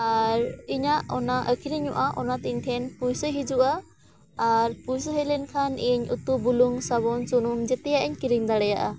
ᱟᱨ ᱤᱧᱟᱹᱜ ᱚᱱᱟ ᱟᱹᱠᱷᱨᱤᱧᱚᱜᱼᱟ ᱚᱱᱟᱛᱮ ᱤᱧ ᱴᱷᱮᱱ ᱯᱩᱭᱥᱟᱹ ᱦᱤᱡᱩᱜᱼᱟ ᱟᱨ ᱯᱩᱭᱥᱟᱹ ᱦᱮᱡ ᱞᱮᱱᱠᱷᱟᱱ ᱤᱧ ᱩᱛᱩ ᱵᱩᱞᱩᱝ ᱥᱟᱵᱚᱱ ᱥᱩᱱᱩᱢ ᱡᱚᱛᱚᱣᱟᱜ ᱤᱧ ᱠᱤᱨᱤᱧ ᱫᱟᱲᱮᱭᱟᱜᱼᱟ